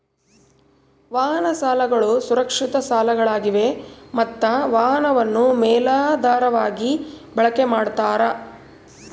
ವಾಹನ ಸಾಲಗಳು ಸುರಕ್ಷಿತ ಸಾಲಗಳಾಗಿವೆ ಮತ್ತ ವಾಹನವನ್ನು ಮೇಲಾಧಾರವಾಗಿ ಬಳಕೆ ಮಾಡ್ತಾರ